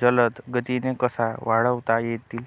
जलद गतीने कसा वाढवता येईल?